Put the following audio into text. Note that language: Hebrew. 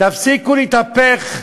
תפסיקו להתהפך,